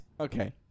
okay